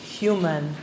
human